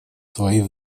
свои